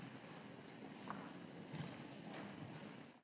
Hvala